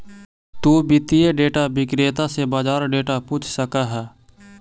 तु वित्तीय डेटा विक्रेता से बाजार डेटा पूछ सकऽ हऽ